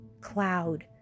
cloud